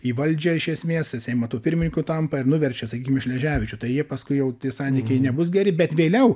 į valdžią iš esmės seimo tuo pirmininku tampa ir nuverčia sakykime šleževičių tai jie paskui jau tie santykiai nebus geri bet vėliau